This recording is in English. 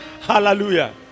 Hallelujah